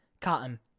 cotton